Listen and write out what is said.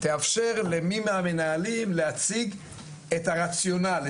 תאפשר למי מהמנהלים להציג את הרציונל,